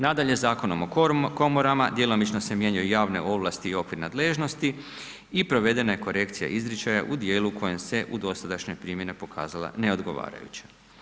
Nadalje, Zakonom o komorama djelomično se mijenjaju javne ovlasti i okvir nadležnosti i provedena je korekcija izričaja u dijelu u kojem se u dosadašnjoj primjeni pokazala neodgovarajuća.